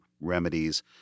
remedies